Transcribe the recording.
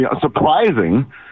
surprising